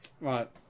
Right